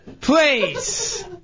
please